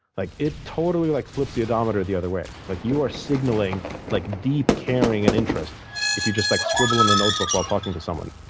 like it totally like flips the odometer the other way. like you are signaling like deep caring and interest if you just like scribble scribble in a notebook while talking to someone.